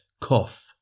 cough